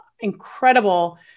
incredible